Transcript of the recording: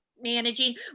managing